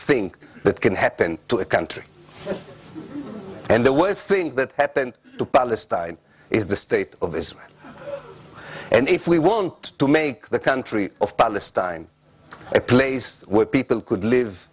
thing that can happen to a country and the worst thing that happened to palestine is the state of israel and if we want to make the country of palestine a place where people could live